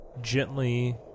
gently